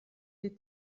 die